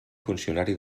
funcionari